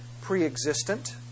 pre-existent